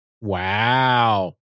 Wow